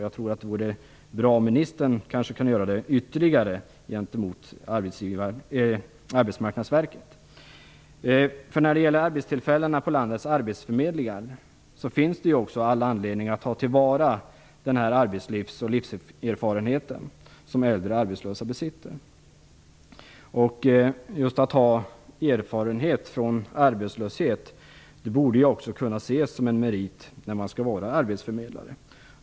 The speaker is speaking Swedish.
Jag tror att det vore bra om ministern kanske kunde göra det ytterligare gentemot Arbetsmarknadsverket. När det gäller arbetstillfällen på landets arbetsförmedlingar finns det all anledning att ta till vara den arbetslivs och livserfarenhet som äldre arbetslösa personer besitter. Erfarenhet från just arbetslöshet borde också kunna ses som en merit för en arbetsförmedlare.